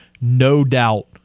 no-doubt